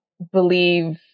Believe